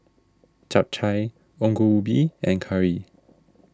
Chap Chai Ongol Ubi and curry